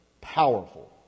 powerful